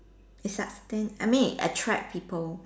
it sustain I mean it attract people